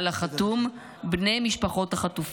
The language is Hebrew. על החתום: בני משפחות החטופים.